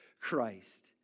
Christ